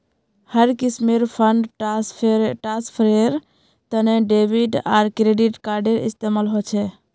हर किस्मेर फंड ट्रांस्फरेर तने डेबिट आर क्रेडिट कार्डेर इस्तेमाल ह छे